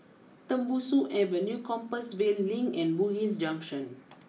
Tembusu Avenue Compassvale Link and Bugis Junction